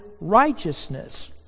righteousness